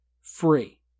free